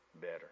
better